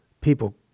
people